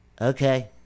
okay